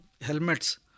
helmets